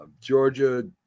Georgia